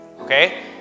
Okay